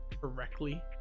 correctly